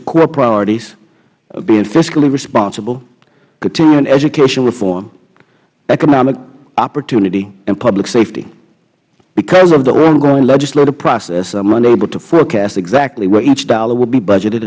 core priorities of being fiscally responsible continuing education reform economic opportunity and public safety because of the ongoing legislative process i'm unable to forecast exactly where each dollar will be budgeted